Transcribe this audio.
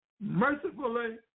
mercifully